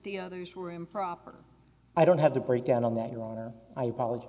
the others were improper i don't have the breakdown on that you're wrong i apologize